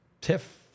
Tiff